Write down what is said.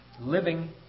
living